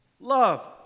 love